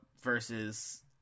versus